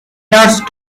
nurse